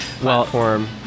platform